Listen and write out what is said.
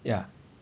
ya